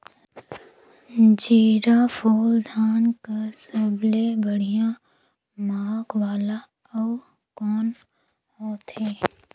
जीराफुल धान कस सबले बढ़िया महक वाला अउ कोन होथै?